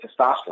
testosterone